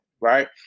right